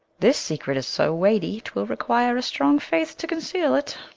this secret is so weighty, twill require a strong faith to conceale it